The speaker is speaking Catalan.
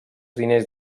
diners